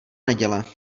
neděle